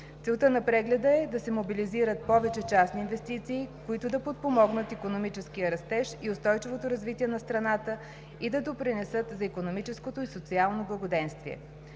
Целта на прегледа е да мобилизира повече частни инвестиции, които да подпомогнат икономическия растеж и устойчивото развитие на страната и да допринесат за икономическото и социално благоденствие.